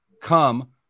come